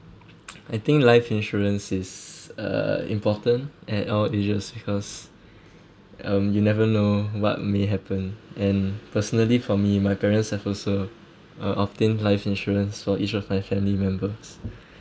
I think life insurance is uh important at all ages because um you never know what may happen and personally for me my parents have also uh obtained life insurance for each of my family member